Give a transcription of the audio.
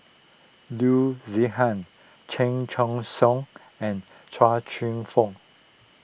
Loo Zihan Chan Choy Siong and Chia Cheong Fook